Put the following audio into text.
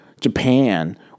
Japan